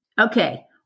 Okay